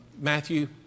Matthew